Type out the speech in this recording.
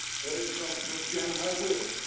if you don't kill gannon, i will.